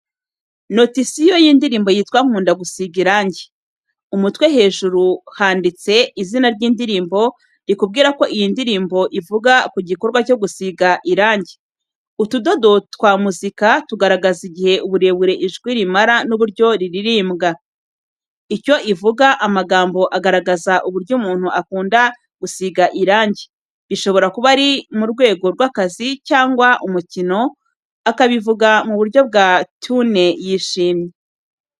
Notisiyo y’indirimbo yitwa Nkunda gusiga irangi. Umutwe hejuru handitse izina ry’indirimbo, rikubwira ko iyi ndirimbo ivuga ku gikorwa cyo gusiga irangi. Utudodo twa muzika dugaragaza igihe uburebure ijwi rimara n’uburyo ririmbanwa. Icyo ivuga amagambo agaragaza uburyo umuntu akunda gusiga irangi, bishobora kuba ari mu rwego rw’akazi cyangwa umukino, akabivuga mu buryo bwa tune yishimye.